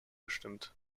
gestimmt